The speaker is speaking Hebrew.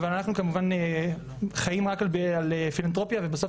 אבל אנחנו כמובן חיים רק על פילנתרופיה ובסוף